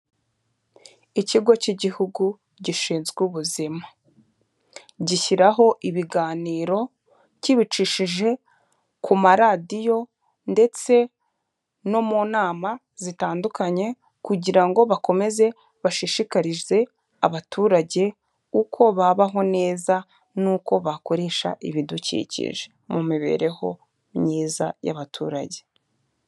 Ikigo k'igihugu gishinzwe ubuzima. Gishyiraho ibiganiro kibicishije ku maradiyo ndetse no mu nama zitandukanye kugira ngo bakomeze bashishikarize abaturage uko babaho neza n'uko bakoresha ibidukikije mu mibereho myiza y'abaturage.